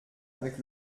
avec